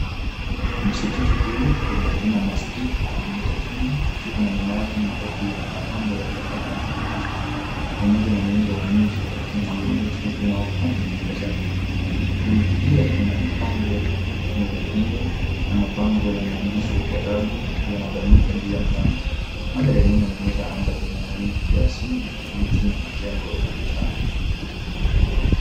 Msikiti huu una Masjid Al'Mutakhin. Ukiwa na minara mirefu, yenye mapambo ya tabaka na madirisha pamoja na muundo wa nje wa kijiometirik, unaopamba kuta zake. Kuingilia kuna mpango wenye upinde, na mabango ya maandishi ya kiarabu yanabainika juu ya mlango. Manthari ya nyuma ina anga lenye mawingu kiasi, miti na majengo ya mtaa.